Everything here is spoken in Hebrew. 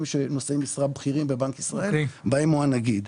נושאי משרה בכירים בבנק ישראל בהם הנגיד.